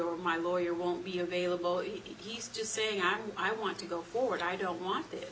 or my lawyer won't be available if he's just saying i'm i want to go forward i don't want th